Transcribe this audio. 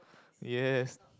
yes